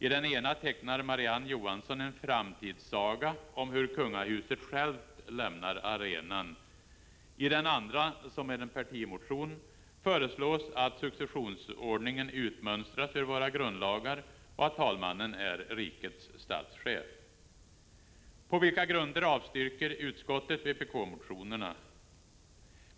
I den ena tecknar Marie-Ann Johansson en framtidssaga om hur kungahuset självt lämnar arenan. I den andra, som är en partimotion, föreslås att successionsordningen utmönstras ur våra grundlagar och att talmannen är rikets statschef. På vilka grunder avstyrker utskottet vpk-motionerna?